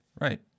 Right